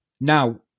Now